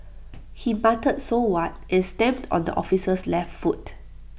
he muttered so what and stamped on the officer's left foot